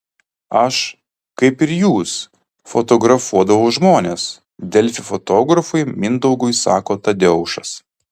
aš kaip ir jūs fotografuodavau žmones delfi fotografui mindaugui sako tadeušas